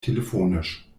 telefonisch